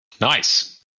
Nice